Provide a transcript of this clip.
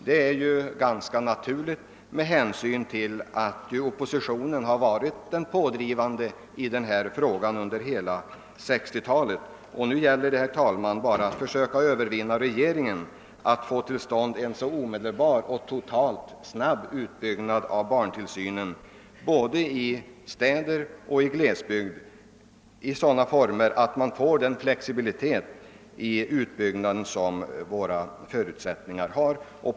Det är ju ganska naturligt med hänsyn till att oppositionen varit den pådrivande i denna fråga under hela 1960-talet. Nu gäller det, herr talman, bara att försöka att förmå regeringen att igångsätta en omedelbar och snabb utbyggnad av barntillsynen både i städer och i glesbygder i sådana former att man får den flexibilitet i utbyggnaden som våra förutsättningar möjliggör.